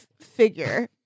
figure